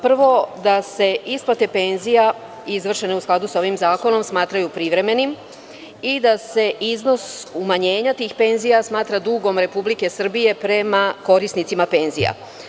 Prvo, da se isplate penzije, izvršene u skladu sa ovim zakonom, smatraju privremenim i da se iznos umanjenja tih penzija smatra dugom Republike Srbije prema korisnicima penzija.